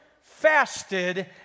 fasted